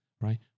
right